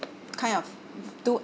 kind of do